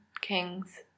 Kings